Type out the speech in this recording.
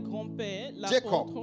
Jacob